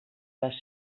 les